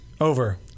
Over